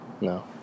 no